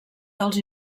dels